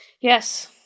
Yes